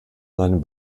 seinem